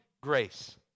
grace